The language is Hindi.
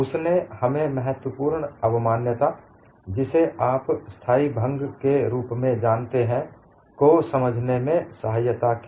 उसने हमें महत्वपूर्ण अवमान्यता जिसे आप स्थाई भंग के रूप में जानते हैं को समझने में सहायता की